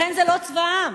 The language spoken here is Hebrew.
לכן זה לא צבא העם.